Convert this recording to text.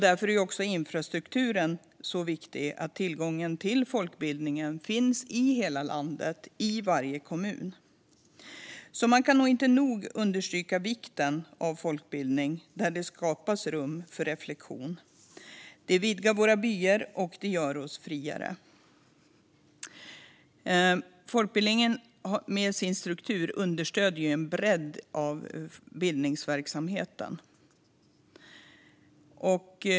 Därför är också infrastrukturen så viktig och att det finns tillgång till folkbildning i hela landet i varje kommun. Man kan inte nog understryka vikten av folkbildning där det skapas rum för reflektion. Det vidgar våra vyer och gör oss friare. Folkbildningen med sin struktur understöder en bredd av bildningsverksamhet.